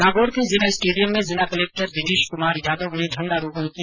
नागौर के जिला स्टेडियम में जिला कलेक्टर दिनेश कमार यादव ने झंडारोहण किया